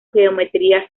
geometría